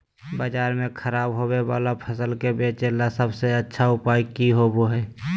बाजार में खराब होबे वाला फसल के बेचे ला सबसे अच्छा उपाय की होबो हइ?